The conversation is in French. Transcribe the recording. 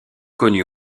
connus